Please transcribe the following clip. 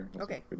okay